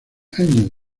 año